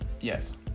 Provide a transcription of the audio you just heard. Yes